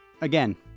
Again